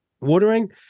Watering